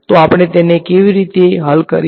તો આપણે તેને કેવી રીતે હલ કરીએ